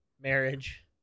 marriage